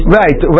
right